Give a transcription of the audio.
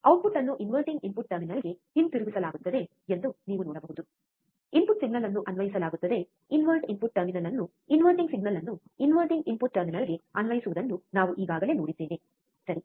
output ಅನ್ನು inverting input ಟರ್ಮಿನಲ್ಗೆ ಹಿಂತಿರುಗಿಸಲಾಗುತ್ತದೆ ಎಂದು ನೀವು ನೋಡಬಹುದು ಇನ್ಪುಟ್ ಸಿಗ್ನಲ್ ಅನ್ನು ಅನ್ವಯಿಸಲಾಗುತ್ತದೆ ಇನ್ವರ್ಟ್ ಇನ್ಪುಟ್ ಟರ್ಮಿನಲ್ ಅನ್ನು ಇನ್ವರ್ಟಿಂಗ್ ಸಿಗ್ನಲ್ ಅನ್ನು ಇನ್ವರ್ಟಿಂಗ್ ಇನ್ಪುಟ್ ಟರ್ಮಿನಲ್ಗೆ ಅನ್ವಯಿಸುವುದನ್ನು ನಾವು ಈಗಾಗಲೇ ನೋಡಿದ್ದೇವೆ ಸರಿ